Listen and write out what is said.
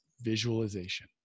visualization